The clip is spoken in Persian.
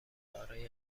دارای